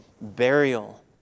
burial